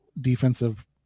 defensive